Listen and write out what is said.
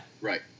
Right